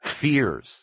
fears